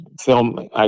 film